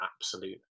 absolute